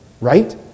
Right